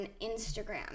Instagram